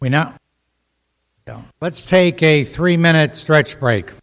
we now let's take a three minute stretch break